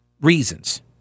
reasons